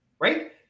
Right